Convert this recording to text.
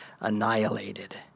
annihilated